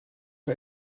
nog